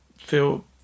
feel